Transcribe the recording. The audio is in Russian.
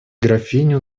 графиню